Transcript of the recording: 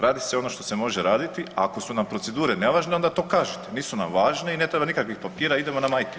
Radi se ono što se može raditi, a ako su nam procedure nevažne onda to kažite, nisu nam važne i ne treba nikakvih papira idemo na majke mi.